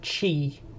chi